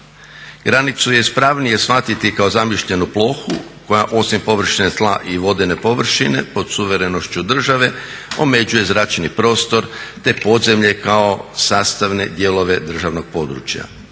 granicu je ispravnije shvatiti kao zamišljenu plohu koja osim površine tla i vodene površine pod suverenošću države omeđuje zračni prostor te podzemlje kao sastavne dijelove državnog područja.